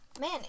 Man